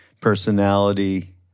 personality